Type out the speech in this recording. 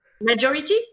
Majority